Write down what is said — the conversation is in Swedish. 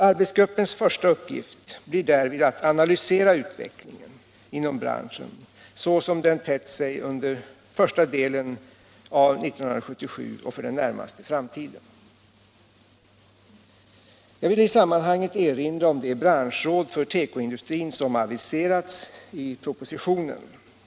Arbetsgruppens första uppgift blir därvid att analysera utvecklingen inom branschen som den tett sig under första delen av 1977 och så som den ter sig för den närmaste framtiden. Jag vill i sammanhanget erinra om det branschråd för tekoindustrin som aviserats i propositionen.